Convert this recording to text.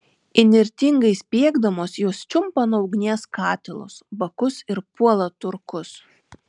įnirtingai spiegdamos jos čiumpa nuo ugnies katilus bakus ir puola turkus